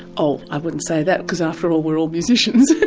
oh, i wouldn't say that, because after all we're all musicians,